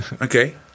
Okay